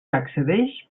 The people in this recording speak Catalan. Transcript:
accedeix